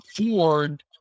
afford